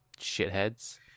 shitheads